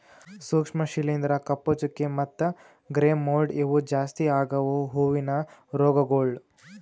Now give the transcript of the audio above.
ಸೂಕ್ಷ್ಮ ಶಿಲೀಂಧ್ರ, ಕಪ್ಪು ಚುಕ್ಕಿ ಮತ್ತ ಗ್ರೇ ಮೋಲ್ಡ್ ಇವು ಜಾಸ್ತಿ ಆಗವು ಹೂವಿನ ರೋಗಗೊಳ್